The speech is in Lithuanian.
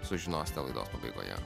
sužinosite laidos pabaigoje